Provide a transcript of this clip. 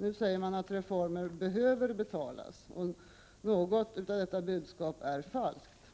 Nu säger man att reformer behöver betalas. Något av dessa budskap är falskt.